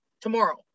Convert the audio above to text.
tomorrow